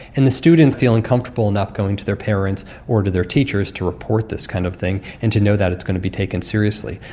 and the students feeling comfortable enough going to their parents or to their teachers to report this kind of thing and to know that it's going to be taken seriously.